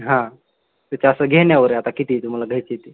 हां तर त्याचं असं घेण्यावर आहे आता किती तुम्हाला घ्यायची ते